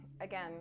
again